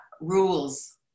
rules